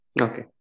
Okay